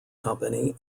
company